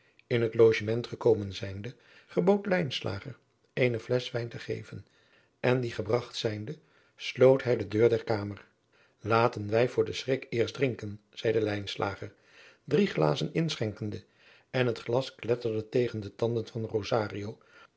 in het logement gekomen zijnde gebood lijnslager eene flesch wijn te geven en die gebragt zijnde sloot hij de deur der kamer laten wij voor den schrik eerst drinken zeide lijnslager drie glazen inschenkende en het glas kletterde tegen de tanden van